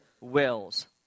wills